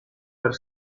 per